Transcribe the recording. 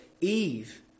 Eve